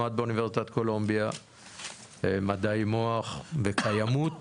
למד באוניברסיטת קולומביה מדעי מוח וקיימות